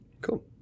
cool